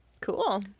Cool